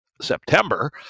September